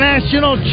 National